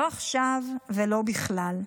לא עכשיו ולא בכלל.